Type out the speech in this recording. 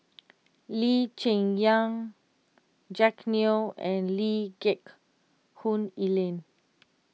Lee Cheng Yan Jack Neo and Lee Geck Hoon Ellen